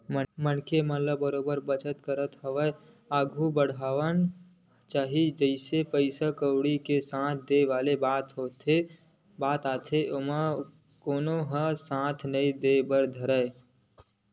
मनखे ल बरोबर बचत करत होय आघु बड़हना चाही जिहाँ पइसा कउड़ी के साथ देय वाले बात आथे ओमा कोनो ह साथ नइ देय बर नइ धरय